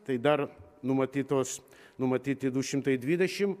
tai dar numatytos numatyti du šimtai dvidešimt